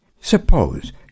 Suppose